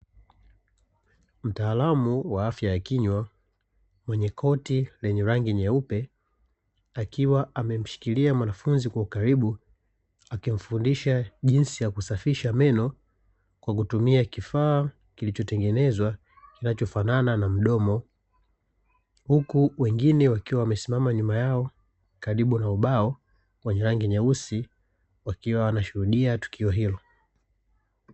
Mtaalam wa afya ya kinywa mwenye koti lenye rangi nyeupe, akiwa amemshikilia mwanafunzi kwa ukaribu akinfundisha jinsi ya kusafisha meno kwa kutumia kifaa kilichotengenezwa kinachofanana na mdomo. Huku wengine wamesimama nyuma yao karibu na ubao wenye rangi nyeusi, wakiwa wanashuhudia tukio hilo.